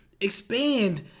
expand